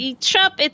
Trump